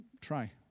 try